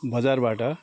बजारबाट